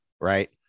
Right